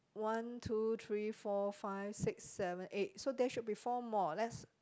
one two three four five six seven eight so there should be four more let's